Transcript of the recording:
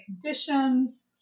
conditions